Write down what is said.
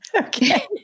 Okay